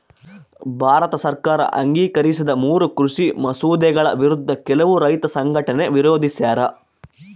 ಭಾರತ ಸರ್ಕಾರ ಅಂಗೀಕರಿಸಿದ ಮೂರೂ ಕೃಷಿ ಮಸೂದೆಗಳ ವಿರುದ್ಧ ಕೆಲವು ರೈತ ಸಂಘಟನೆ ವಿರೋಧಿಸ್ಯಾರ